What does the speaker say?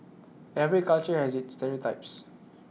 every culture has its stereotypes